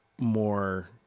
more